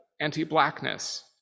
anti-blackness